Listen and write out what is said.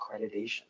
accreditation